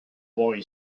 boy